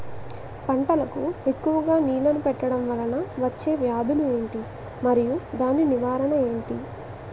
పంటలకు ఎక్కువుగా నీళ్లను పెట్టడం వలన వచ్చే వ్యాధులు ఏంటి? మరియు దాని నివారణ ఏంటి?